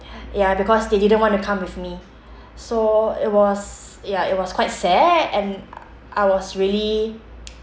ya because they didn't want to come with me so it was ya it was quite sad and I was really